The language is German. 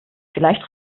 vielleicht